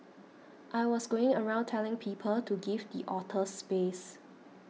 I was going around telling people to give the otters space